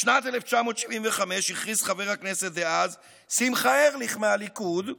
בשנת 1975 הכריז חבר הכנסת דאז שמחה ארליך מהליכוד,